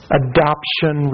adoption